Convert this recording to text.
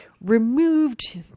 removed